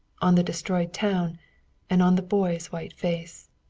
on the destroyed town and on the boy's white face.